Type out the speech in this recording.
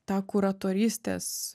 tą kuratorystės